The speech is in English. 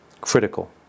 critical